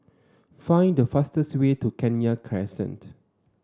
find the fastest way to Kenya Crescent